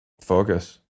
Focus